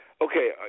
Okay